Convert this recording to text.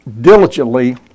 diligently